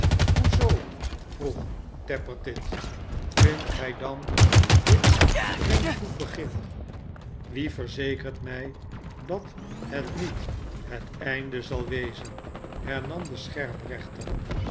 hoe zoo vroeg tappertit vindt gij dan dit geen goed begin wie verzekert mij dat het niet het einde zal wezen hernam de